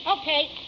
Okay